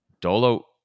Dolo